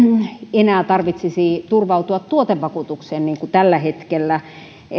enää tarvitsisi turvautua tuotevakuutukseen niin kuin tällä hetkellä